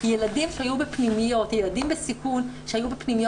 ילדים בסיכון שהיו בפנימיות